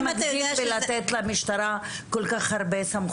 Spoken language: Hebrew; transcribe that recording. מגזים כשאתה נותן למשטרה כול כך הרבה סמכויות.